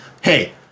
hey